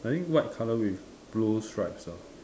I think white color with blue strips ah